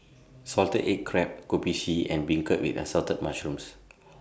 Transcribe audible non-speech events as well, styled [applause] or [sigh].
Salted Egg Crab Kopi C and Beancurd with Assorted Mushrooms [noise]